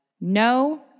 no